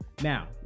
now